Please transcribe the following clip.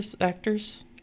actors